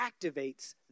activates